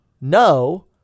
no